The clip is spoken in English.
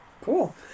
Cool